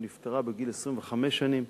שנפטרה בגיל 25 שנים,